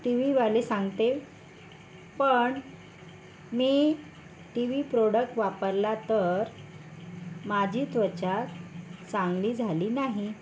T व्हीवाली सांगते पण मी टीव्ही प्रोडक्ट वापरला तर माझी त्वचा चांगली झाली नाही